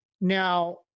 Now